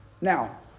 Now